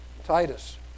Titus